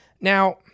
Now-